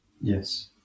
yes